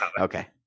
Okay